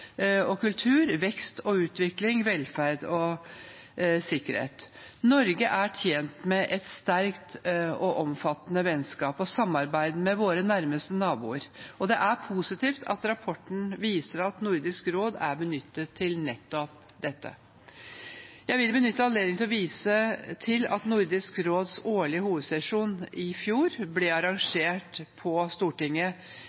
og miljø, men også kunst og kultur, vekst og utvikling, velferd og sikkerhet. Norge er tjent med et sterkt og omfattende vennskap og samarbeid med våre nærmeste naboer, og det er positivt at rapporten viser at Nordisk råd er benyttet til nettopp dette. Jeg vil benytte anledningen til å vise til at Nordisk råds årlige hovedsesjon i fjor ble